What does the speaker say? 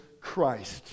Christ